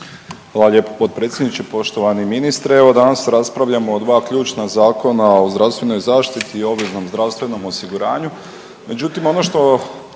Hvala lijepo potpredsjedniče. Poštovani ministre, evo danas raspravljamo o dva ključna zakona o zdravstvenoj zaštiti i o obveznom zdravstvenom osiguranju, međutim ono što